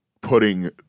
putting